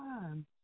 time